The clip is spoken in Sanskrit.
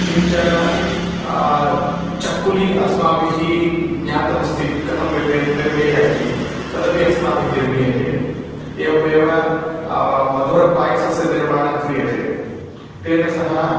किञ्च चक्कुलि अस्माभिः ज्ञातमस्ति कथं निर्म् निर्मेया इति तदपि अस्माभिः निर्मीयते एवमेव मधुरपायसस्य निर्माणं क्रियते तेन सह